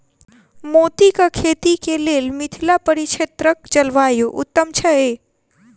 मोतीक खेती केँ लेल मिथिला परिक्षेत्रक जलवायु उत्तम छै?